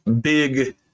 big